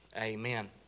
Amen